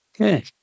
Okay